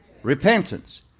Repentance